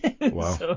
Wow